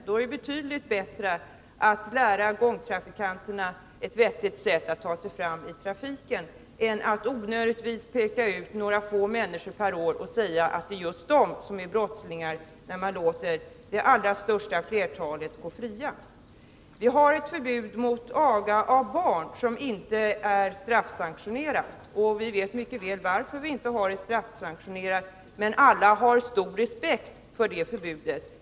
Det är betydligt bättre att lära gångtrafikanterna ett vettigt sätt att ta sig fram i trafiken än att onödigtvis peka ut några få människor per år och säga, att det är just de som är brottslingar — när man låter det allra största flertalet gå fria. Vi har förbud mot aga av barn, som inte är straffsanktionerat — och vi vet mycket väl varför vi inte har det straffsanktionerat. Men alla har stor respekt för det förbudet.